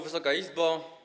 Wysoka Izbo!